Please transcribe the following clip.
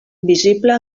visible